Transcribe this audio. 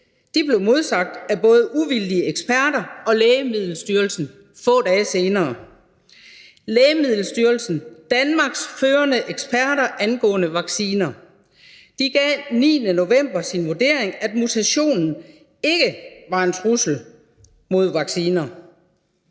set, blev modsagt af både uvildige eksperter og Lægemiddelstyrelsen få dage senere. Lægemiddelstyrelsen, Danmarks førende eksperter angående vacciner, gav den 9. november deres vurdering, nemlig at mutationen ikke var en trussel mod vacciner.